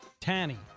Tanny